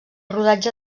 rodatge